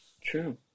true